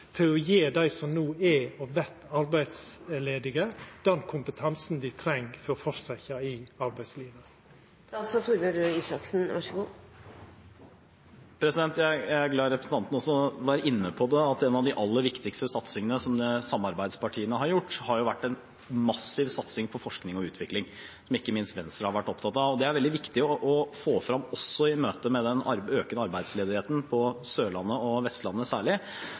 til å gje dei som no er, og dei som vert, arbeidslause, den kompetansen dei treng for å fortsetja i arbeidslivet. Jeg er glad for at representanten var inne på det, at en av de aller viktigste satsingene som samarbeidspartiene har gjort, har vært en massiv satsing på forskning og utvikling, noe som ikke minst Venstre har vært opptatt av. Det er det også veldig viktig å få frem i møtet med den økende arbeidsledigheten på Sørlandet og Vestlandet særlig,